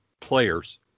players